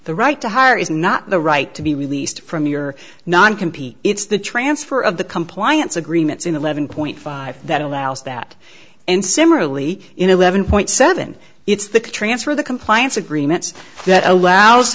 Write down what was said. the right to hire is not the right to be released from your non competing it's the transfer of the compliance agreements in eleven point five that allows that and similarly in eleven point seven it's the transfer the compliance agreements that allows